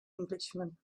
englishman